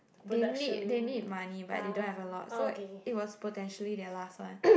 they need they need money but they don't have a lot so it was potentially their last one